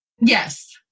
Yes